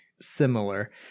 similar